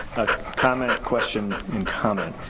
a comment, question and comment.